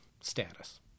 status